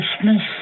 Christmas